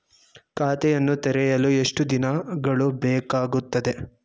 ಖಾತೆಯನ್ನು ತೆರೆಯಲು ಎಷ್ಟು ದಿನಗಳು ಬೇಕಾಗುತ್ತದೆ?